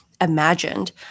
imagined